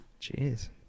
Jeez